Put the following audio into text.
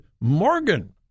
Morgan